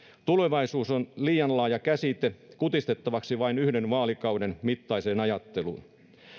tulevaisuus on liian laaja käsite kutistettavaksi vain yhden vaalikauden mittaiseen ajatteluun